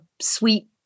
sweet